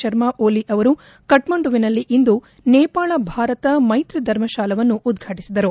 ಶರ್ಮಾಬಲಿ ಅವರು ಕಕ್ಕಂಡುವಿನಲ್ಲಿ ಇಂದು ನೇಪಾಳ ಭಾರತ ಮೈತ್ರಿ ಧರ್ಮಶಾಲಾವನ್ನು ಉದ್ವಾಟಿಸಿದರು